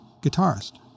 guitarist